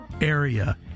area